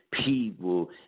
people